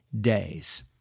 days